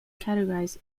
categorized